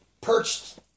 Perched